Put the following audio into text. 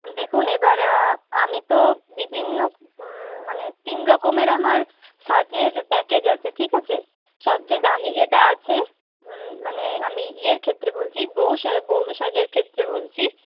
দেখুন এবার আমি তো বিভিন্ন মানে তিন রকমের আমার সাজের প্যাকেজ আছে ঠিক আছে সবচেয়ে দামি যেটা আছে মানে আমি ইয়ের ক্ষেত্রে বলছি বৌ বৌ সাজের ক্ষেত্রে বলছি